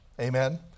Amen